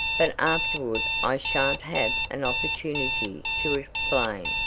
but afterward i shan't have an opportunity to explain,